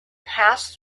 passed